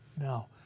no